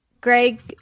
greg